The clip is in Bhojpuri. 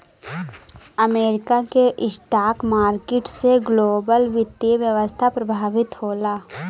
अमेरिका के स्टॉक मार्किट से ग्लोबल वित्तीय व्यवस्था प्रभावित होला